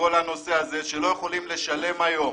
ולא יכולים לשלם היום